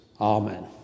Amen